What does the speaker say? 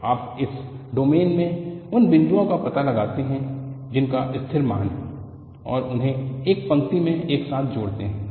तो आप इस डोमेन में उन बिंदुओं का पता लगाते हैं जिनका स्थिर मान है और उन्हें एक पंक्ति में एक साथ जोड़ते हैं